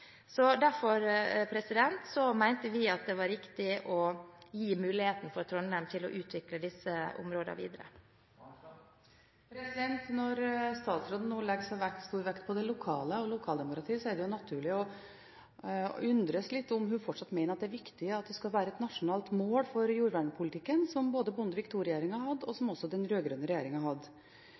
det var riktig å gi Trondheim muligheten til å utvikle disse områdene videre. Når statsråden nå legger så stor vekt på det lokale og lokaldemokratiet, er det naturlig å undres litt over om hun fortsatt mener det er viktig at det skal være et nasjonalt mål for jordvernpolitikken, som både Bondevik II-regjeringen og den rød-grønne regjeringen hadde. Det er nemlig grunnlaget for det bevisste arbeidet som